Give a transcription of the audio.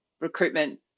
recruitment